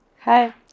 Hi